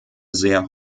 sehr